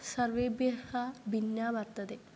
सर्वेभ्यः भिन्ना वर्तते